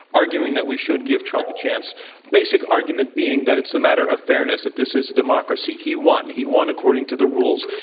arguing that we should give trump a chance basic argument being that it's a matter of fairness, that this is a democracy. he won. he won according to the rules.